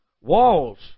walls